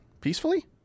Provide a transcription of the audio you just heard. peacefully